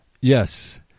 Yes